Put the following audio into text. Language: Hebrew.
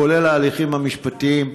כולל ההליכים המשפטיים.